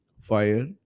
Fire